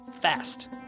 fast